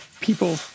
people